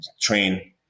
train